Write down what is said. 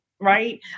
right